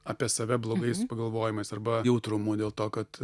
apie save blogais pagalvojimais arba jautrumu dėl to kad